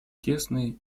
тесные